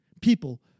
people